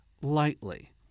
lightly